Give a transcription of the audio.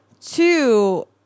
Two